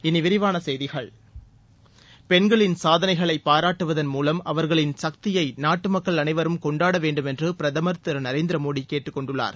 இனி விரிவான செய்திகள் பெண்களின் சாதனைகளை பாராட்டுவதன் மூலம் அவர்களின் சக்தியை நாட்டு மக்கள் அனைவரும் கொண்டாட வேண்டும் என்று பிரதமர் திரு நரேந்திரமோடி கேட்டுக் கொண்டுள்ளார்